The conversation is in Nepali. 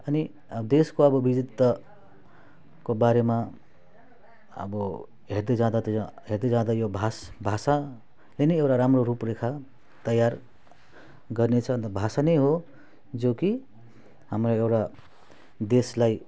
अनि देशको अब विविधताको बारेमा अब हेर्दै जाँदा त हेर्दै जाँदा यो भाष भाषाले नै एउटा राम्रो रूपरेखा तयार गर्नेछ अनि त भाषा नै हो जो कि हाम्रो एउटा देशलाई